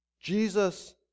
Jesus